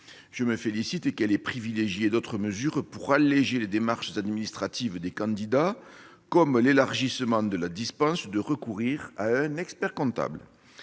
Je me félicite qu'elle ait privilégié d'autres mesures pour alléger les démarches administratives des candidats, comme l'élargissement de la dispense de recourir à un expert-comptable.